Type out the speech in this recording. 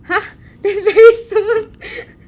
!huh! then very soon